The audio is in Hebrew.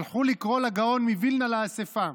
שלחו לקרוא לגאון מווילנה לאספה.